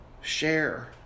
Share